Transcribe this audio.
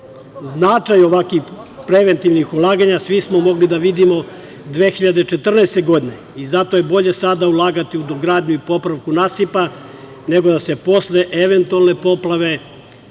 vode. Značaj ovakvih preventivnih ulaganja svi smo mogli da vidimo 2014. godine, i zato je bolje sada ulagati u dogradnju i popravku nasipa, nego da se posle eventualne poplave